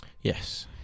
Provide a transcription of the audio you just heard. yes